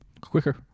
Quicker